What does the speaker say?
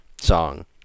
song